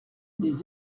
des